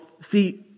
see